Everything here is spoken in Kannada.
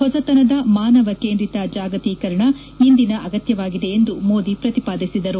ಹೊಸತನದ ಮಾನವ ಕೇಂದ್ರಿತ ಜಾಗತೀಕರಣ ಇಂದಿನ ಅಗತ್ವವಾಗಿದೆ ಎಂದು ಮೋದಿ ಪ್ರತಿಪಾದಿಸಿದರು